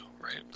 right